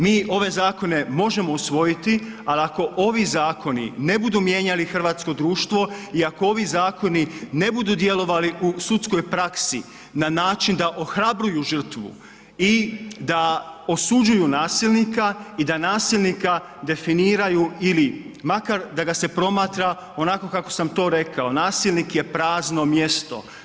Mi ove zakone možemo usvojiti ali ako ovi zakoni ne budu mijenjali hrvatsko društvo i ako ovi zakoni ne budu djelovali u sudskoj praksi na način da ohrabruju žrtvu i da osuđuju nasilnika i da nasilnika definiraju ili makar da ga se promatra onako kako sam to rekao, nasilnik je prazno mjesto.